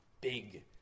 big